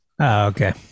Okay